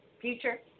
Future